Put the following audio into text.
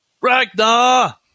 Ragnar